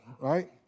right